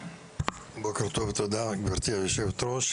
בוקר טוב, תודה, גברתי היושבת ראש.